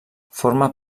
forma